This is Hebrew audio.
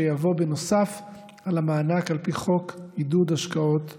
שיבוא נוסף על המענק על פי חוק עידוד השקעות הון.